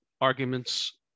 arguments